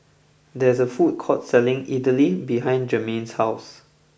there is a food court selling Idly behind Germaine's house